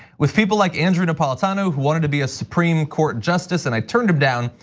with people like andrew napolitano who wanted to be a supreme court justice and i've turned him down.